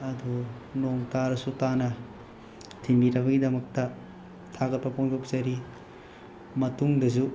ꯑꯗꯨ ꯅꯣꯡ ꯇꯥꯔꯁꯨ ꯇꯥꯅ ꯊꯤꯟꯕꯤꯔꯛꯄꯒꯤꯗꯃꯛꯇ ꯊꯥꯒꯠꯄ ꯐꯣꯡꯗꯣꯛꯆꯔꯤ ꯃꯇꯨꯡꯗꯁꯨ